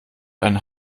einen